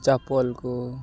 ᱪᱟᱯᱚᱞ ᱠᱚ